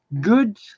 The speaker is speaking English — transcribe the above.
good